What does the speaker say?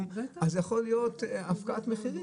יכול להיות הפקעת מחירים.